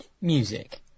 music